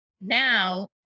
now